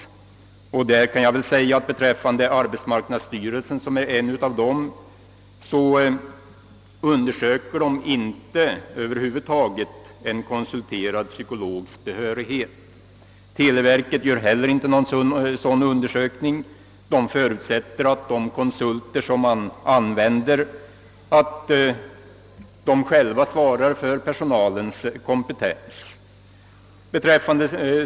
Detta gör t.ex. arbetsmarknadsstyrelsen och man undersöker då över huvud taget inte en konsulterad psykologs behörighet. Inte heller televerket företar någon sådan undersökning, utan där förutsättes att det konsultföretag som anlitas självt svarar för personalens kompetens.